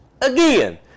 again